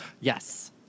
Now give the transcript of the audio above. Yes